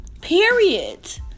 Period